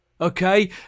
Okay